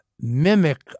mimic